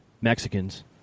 Mexicans